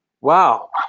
Wow